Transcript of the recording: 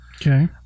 Okay